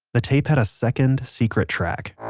the tape had a second, secret track.